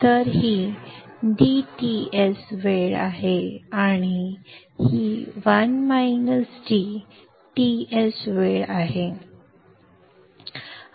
तर ही dTs वेळ आहे आणि ही 1 - dTs वेळ आहे